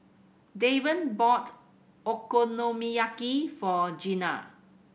Devan bought Okonomiyaki for Gena